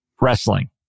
wrestling